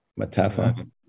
Matafa